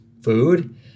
food